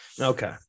Okay